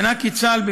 הטענה כי צה"ל,